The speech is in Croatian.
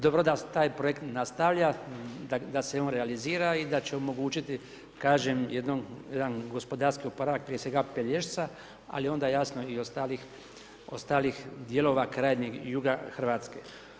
Dobro je da taj projekt nastavlja, da se on realizira i da će omogućiti kažem jedan gospodarski oporavak prije svega Pelješca, ali onda jasno i ostalih dijelova krajnjeg juga Hrvatske.